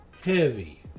Heavy